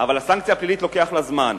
נכון, אבל הסנקציה הפלילית, לוקח לה זמן.